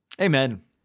Amen